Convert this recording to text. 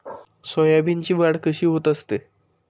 सोयाबीनची वाढ कशी होत असते?